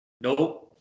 Nope